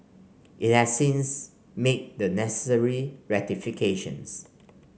it has since made the necessary rectifications